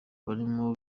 barimo